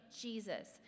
Jesus